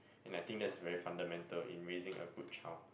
and I think that is very fundamental in raising a good child